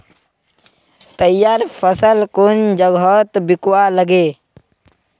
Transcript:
तैयार फसल कुन जगहत बिकवा लगे?